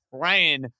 praying